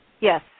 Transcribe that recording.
Yes